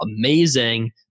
amazing